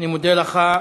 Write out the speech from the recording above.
אני מודה לך.